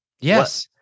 Yes